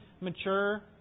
mature